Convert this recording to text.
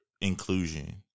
inclusion